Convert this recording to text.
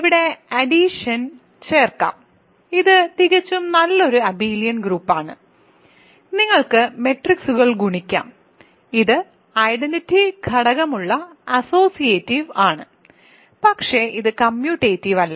ഇവിടെ അഡിഷൻ ചേർക്കാം ഇത് തികച്ചും നല്ലൊരു അബിലിയൻ ഗ്രൂപ്പാണ് നിങ്ങൾക്ക് മെട്രിക്സുകൾ ഗുണിക്കാം ഇത് ഐഡന്റിറ്റി ഘടകമുള്ള അസ്സോസിറ്റീവ് ആണ് പക്ഷേ ഇത് കമ്മ്യൂട്ടേറ്റീവ് അല്ല